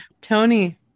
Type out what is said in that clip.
tony